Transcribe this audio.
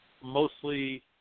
mostly